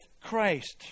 Christ